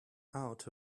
out